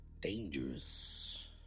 dangerous